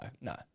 No